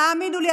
תאמינו לי,